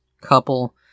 couple